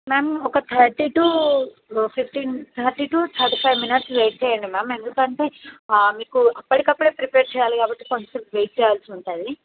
ma'am ఒక thirty to fifteen thirty to fifteen thirty five minutes wait చేయండి ma'am ఎందుకంటే మీకు అప్పటికప్పుడు ప్రిపేర్ చేయాలి కాబట్టి కొంచెం వెయిట్ చేయాల్సి ఉంటుంది